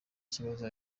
kibazo